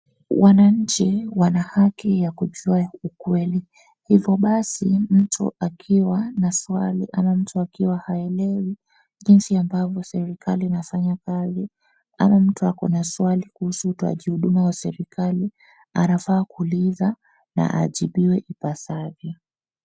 Wananchi wanahaki ya kujua ukweli hivo basi mtu akiwa na swali ama mtu akiwa haelewi jinsi ya ambavyo serikali inafanya kazi au mtu aka na swali kuhusu utoaji huduma wa serikali anafaa kuuliza na ajibiwe ipasavyo.